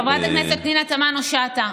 חברת הכנסת פנינה תמנו שטה,